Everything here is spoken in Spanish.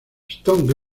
stone